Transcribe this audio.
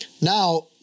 Now